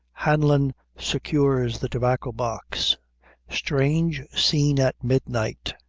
hanlon secures the tobacco-box strange scene at midnight.